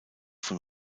von